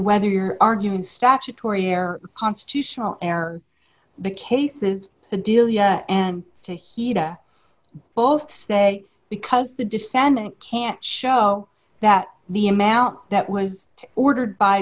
whether you're arguing statutory air constitutional error the case of the delia and to he to both say because the defendant can't show that the amount that was ordered by